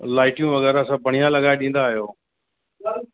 लाइटियूं वग़ैरह सभु बढ़िया लॻाए ॾींदा आहियो